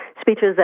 speeches